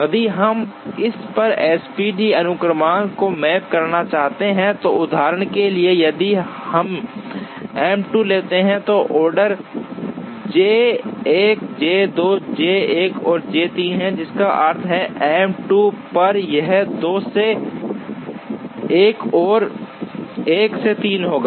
यदि हम इस पर SPT अनुक्रम को मैप करना चाहते हैं और उदाहरण के लिए यदि हम M 2 लेते हैं तो ऑर्डर J 1 J 2 J 1 और J 3 है जिसका अर्थ है M 2 पर यह 2 से 1 और 1 से 3 होगा